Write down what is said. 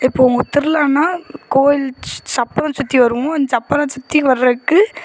இப்போது ஒரு திருவிழான்னா கோயில் ச சப்பரம் சுற்றி வருவோம் அந்த சப்பரம் சுற்றி வர்றதுக்கு